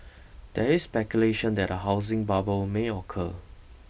there is speculation that a housing bubble may occur